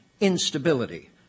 instability